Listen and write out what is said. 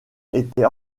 était